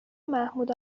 محمود